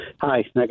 Hi